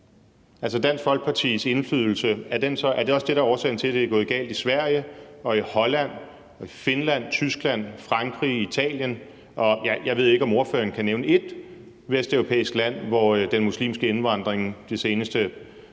Dansk Folkepartis indflydelse også det, der er årsagen til, at det er gået galt i Sverige, Holland, Finland, Tyskland, Frankrig, Italien? Ja, jeg ved ikke, om ordføreren kan nævne ét vesteuropæisk land, hvor den muslimske indvandring i –